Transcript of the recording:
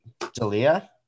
Dalia